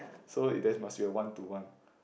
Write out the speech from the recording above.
so it then must be a one to one